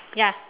ya